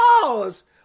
cause